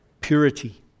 Purity